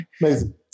Amazing